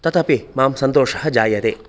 तदपि मां सन्तोषः जायते